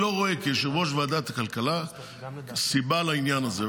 כיושב-ראש ועדת הכלכלה, לא רואה סיבה לעניין הזה.